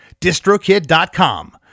distrokid.com